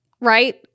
right